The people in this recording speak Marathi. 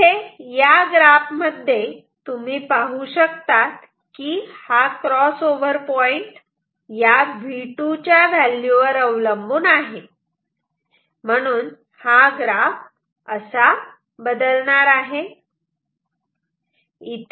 इथे या ग्राफ मध्ये तुम्ही पाहू शकतात की हा क्रॉस ओव्हर पॉईंट या V2 च्या व्हॅल्यू वर अवलंबून आहे म्हणून हा ग्राफ असा बदलणार आहे